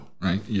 right